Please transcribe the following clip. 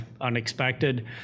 unexpected